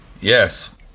Yes